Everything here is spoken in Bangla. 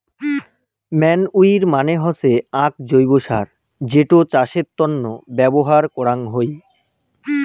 ম্যানইউর মানে হসে আক জৈব্য সার যেটো চাষের তন্ন ব্যবহার করাঙ হই